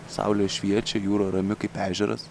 saulė šviečia jūra rami kaip ežeras